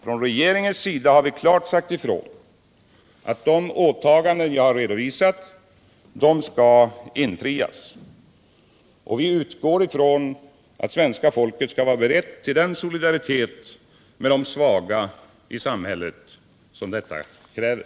Från regeringens sida har vi klart sagt ifrån att de åtaganden jag redovisat skall infrias. Vi utgår från att svenska folket skall vara berett till den solidaritet med de svaga i samhället som detta kräver.